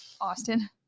austin